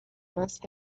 must